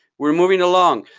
we're moving along.